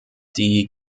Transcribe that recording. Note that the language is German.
die